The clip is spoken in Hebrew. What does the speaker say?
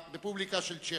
הרפובליקה של צ'כיה.